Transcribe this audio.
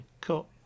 Cool